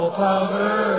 power